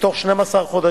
בתוך 12 חודשים,